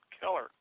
killer